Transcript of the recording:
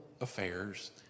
affairs